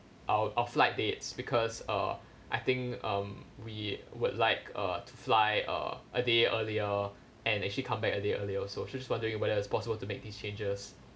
our our flight dates because uh I think um we would like uh to fly uh a day earlier and actually come back a day earlier also just wondering whether it's possible to make these changes